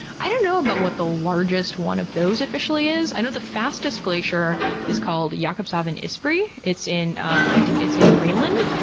i don't know about but what the largest one of those officially is. i know the fastest glacier is called jakobshavn isbrae. it's in um it's in greenland.